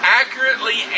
accurately